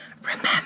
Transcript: remember